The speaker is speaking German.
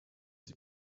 sie